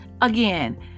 again